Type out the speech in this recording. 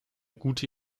gute